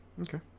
Okay